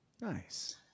Nice